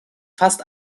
fast